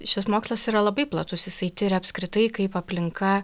šis mokslas yra labai platus jisai tiria apskritai kaip aplinka